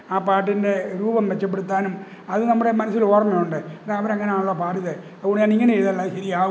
ആ പാട്ടിൻ്റെ രൂപം മെച്ചപ്പെടുത്താനും അത് നമ്മുടെ മനസ്സിലോർമ്മയുണ്ട് അവരങ്ങനാണല്ലോ പാടിയത് അതുകൊണ്ട് ഞാനിങ്ങനെയെഴുതിയാലത് ശരിയാകും